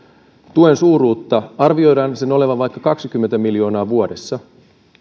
tuen suuruutta niin jos arvioidaan sen olevan vaikka kaksikymmentä miljoonaa vuodessa